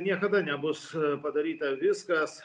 niekada nebus padaryta viskas